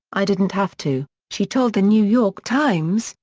i didn't have to, she told the new york times,